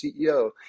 CEO